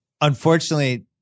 Unfortunately